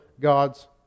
God's